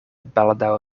baldaŭ